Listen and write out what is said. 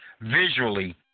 visually